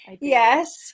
Yes